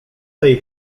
tej